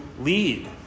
lead